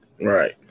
right